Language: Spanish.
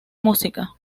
música